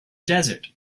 desert